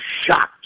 shocked